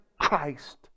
Christ